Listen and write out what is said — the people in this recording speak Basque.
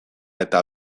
eta